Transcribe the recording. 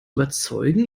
überzeugen